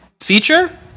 feature